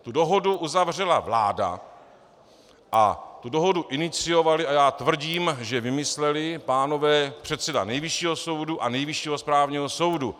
Tu dohodu uzavřela vláda a tu dohodu iniciovali, a já tvrdím, že vymysleli, pánové předseda Nejvyššího soudu a Nejvyššího správního soudu.